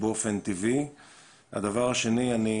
העמדה של המטה לביטחון לאומי היא שהתקנות האלה וכל